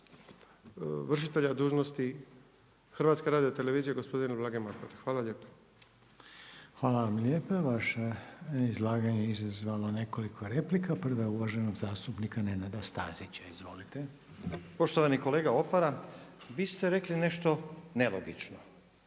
Hvala vam lijepa.